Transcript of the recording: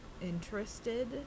interested